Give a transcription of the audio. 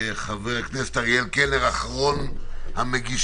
חבר הכנסת אריאל קלנר, אחרון המגישים.